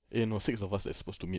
eh no six of us that's supposed to meet